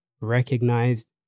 recognized